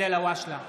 אלהואשלה,